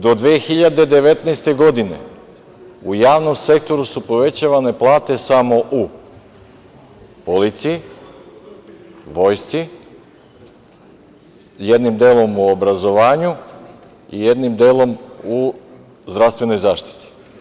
Do 2019. godine u javnom sektoru su povećavane plate samo u policiji, vojsci, jednim delom u obrazovanju i jednim delom u zdravstvenoj zaštiti.